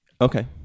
Okay